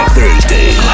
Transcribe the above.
Thursday